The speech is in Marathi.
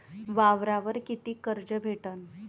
वावरावर कितीक कर्ज भेटन?